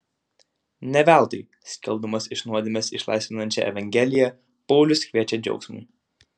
ne veltui skelbdamas iš nuodėmės išlaisvinančią evangeliją paulius kviečia džiaugsmui